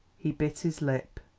he bit his lip.